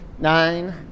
nine